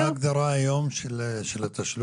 מה ההגדרה היום של התשלום?